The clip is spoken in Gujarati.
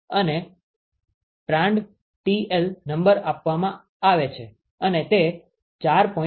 અને prandtl નંબર આપવામાં આવે છે અને તે 4